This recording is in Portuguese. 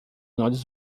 olhos